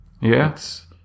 Yes